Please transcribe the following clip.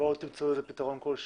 תמצאו לזה פתרון כלשהו.